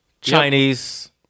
chinese